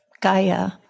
Gaia